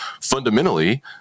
fundamentally